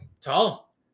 tall